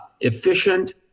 efficient